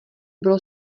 bylo